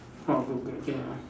!wah! good good okay